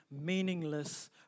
meaningless